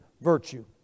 virtue